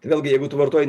vėlgi jeigu tu vartoji